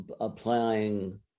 applying